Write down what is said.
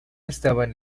estaban